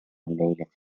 ليلة